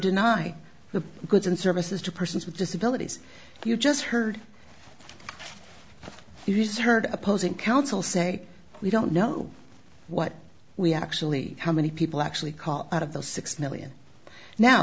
the goods and services to persons with disabilities you just heard you just heard opposing counsel say we don't know what we actually how many people actually call out of the six million now